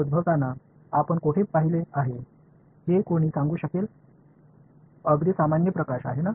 எனவே அத்தகைய சூழ்நிலை எங்கு தோன்றியது என்று யாராவது என்னிடம் சொல்ல முடியுமா இது மிகவும் சாதாரண ஒளி சரிதானே